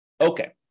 Okay